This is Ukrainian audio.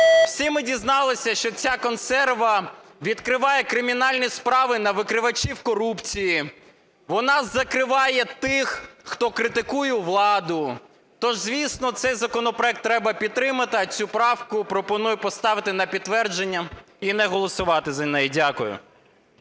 Всі ми дізналися, що ця "консерва" відкриває кримінальні справи на викривачів корупції, вона закриває тих, хто критикує владу. То ж, звісно, цей законопроект треба підтримати, а цю правку пропоную поставити на підтвердження і не голосувати за неї. Дякую.